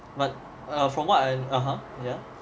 and from what I (uh huh)